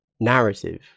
narrative